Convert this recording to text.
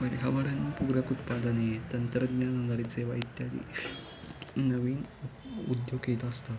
पर्यावरणपूरक उत्पादने तंत्रज्ञान आधारीत सेवा इत्यादी नवीन उद्योग येत असतात